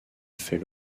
fait